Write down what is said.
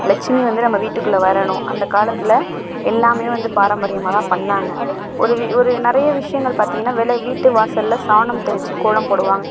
லட்சுமி வந்து நம்ம வீட்டுக்குள்ளே வரணும் அந்த காலத்தில் எல்லாம் வந்து பாரம்பரியமாக தான் பண்ணாங்க ஒரு ஒரு நிறைய விஷயங்கள் பார்த்திங்கனா வெளில வீட்டு வாசலில் சாணம் தெளித்து கோலம் போடுவாங்க